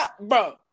bro